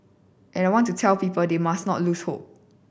and I want to tell people they must not lose hope